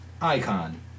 Icon